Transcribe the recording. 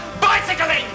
bicycling